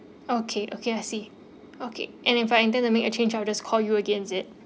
okay okay I see okay and if I intend to make a change I will just call you again is it